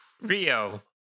Rio